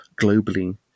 globally